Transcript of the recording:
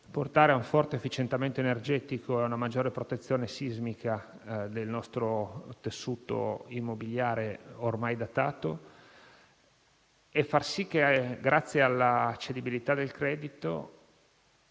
portare a un forte efficientamento energetico e a una maggiore protezione sismica del nostro tessuto immobiliare ormai datato e far sì che, grazie alla cedibilità del credito,